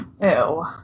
Ew